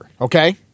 okay